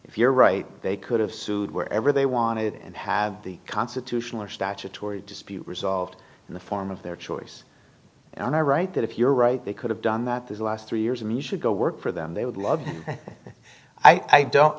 if you're right they could have sued wherever they wanted and have the constitutional or statutory dispute resolved in the form of their choice and i right that if you're right they could have done that this last three years and you should go work for them they would love i don't